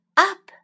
up